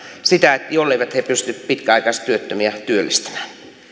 sitä jolleivät he pysty pitkäaikaistyöttömiä työllistämään